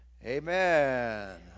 Amen